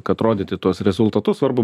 kad rodyti tuos rezultatus svarbu